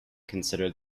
consider